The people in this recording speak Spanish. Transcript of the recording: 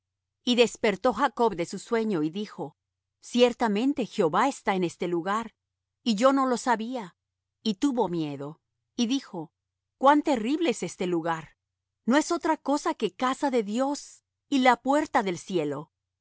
y despertó jacob de su sueño dijo ciertamente jehové está en este lugar y yo no lo sabía y tuvo miedo y dijo cuán terrible es este lugar no es otra cosa que casa de dios y puerta del cielo